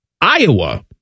Iowa